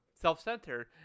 self-centered